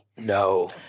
No